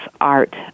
art